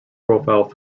profile